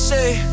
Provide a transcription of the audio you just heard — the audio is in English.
Say